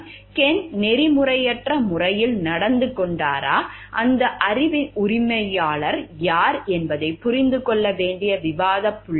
Ken நெறிமுறையற்ற முறையில் நடந்து கொண்டாரா அந்த அறிவின் உரிமையாளர் யார் என்பதை புரிந்து கொள்ள வேண்டிய விவாதப் புள்ளி இது